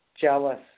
jealous